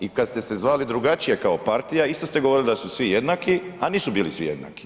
I kad ste se zvali drugačije kao partija isto ste govorili da su svi jednaki, a nisu bili svi jednaki.